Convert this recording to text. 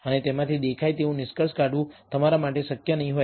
અને તેમાંથી દેખાય તેવું નિષ્કર્ષ કાઢવું તમારા માટે શક્ય નહીં હોય